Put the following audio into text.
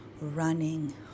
running